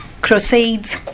crusades